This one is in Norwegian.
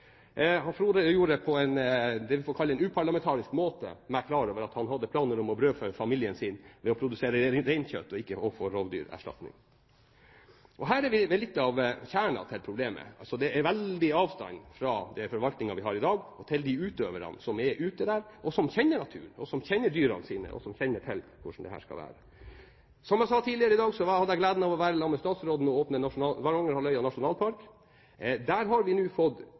han jo får rovdyrerstatning, så dette kan jo ikke være så farlig. Frode gjorde meg på det vi får kalle en uparlamentarisk måte klar over at han hadde planer om å brødfø familien sin ved å produsere reinkjøtt, ikke ved å få rovdyrerstatning. Her er vi ved litt av problemets kjerne. Det er en veldig avstand mellom den forvaltningen vi har i dag, og de utøverne som er ute, som kjenner naturen og dyrene sine, og som kjenner til hvordan dette skal være. Som jeg sa tidligere i dag, hadde jeg gleden av å være i lag med statsråden da han åpnet Varangerhalvøya nasjonalpark. Der har vi nå fått